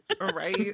Right